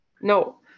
No